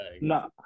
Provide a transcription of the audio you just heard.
No